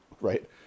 right